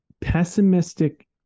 pessimistic